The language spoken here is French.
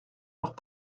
leurs